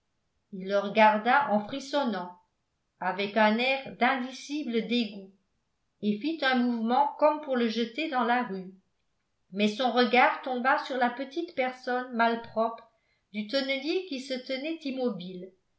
il le regarda en frissonnant avec un air d'indicible dégoût et fit un mouvement comme pour le jeter dans la rue mais son regard tomba sur la petite personne malpropre du tonnelier qui se tenait immobile